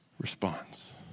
response